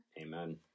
Amen